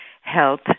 health